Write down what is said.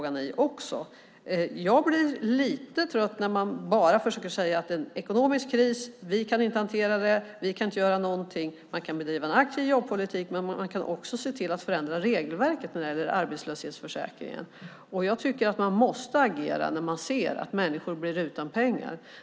Jag blir lite trött när man bara försöker säga att det är en ekonomisk kris och att man inte kan hantera problemet eller göra någonting. Man kan bedriva en aktiv jobbpolitik, men man kan också se till att förändra regelverket när det gäller arbetslöshetsförsäkringen, och jag tycker att man måste agera när man ser att människor blir utan pengar.